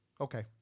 Okay